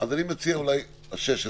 אני מציע אולי עד ה-16,